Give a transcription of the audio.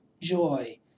joy